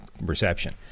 reception